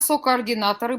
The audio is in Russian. сокоординаторы